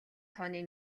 тооны